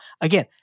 again